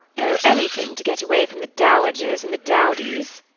oh, anything to get away from the dowagers and the dowdies.